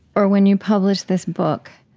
or when you published this book,